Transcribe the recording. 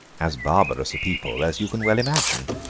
as barbarous a people as you can well imagine.